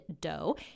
dough